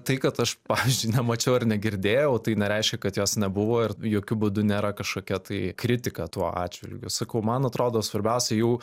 tai kad aš pavyzdžiui nemačiau ar negirdėjau tai nereiškia kad jos nebuvo ir jokiu būdu nėra kažkokia tai kritika tuo atžvilgiu sakau sakau man atrodo svarbiausia jau